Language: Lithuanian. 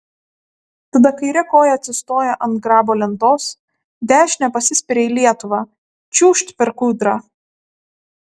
tada kaire koja atsistoja ant grabo lentos dešine pasispiria į lietuvą čiūžt per kūdrą